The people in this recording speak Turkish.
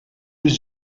yüz